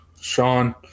Sean